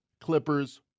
clippers